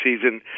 season